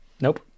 Nope